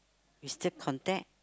you still contact